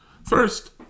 First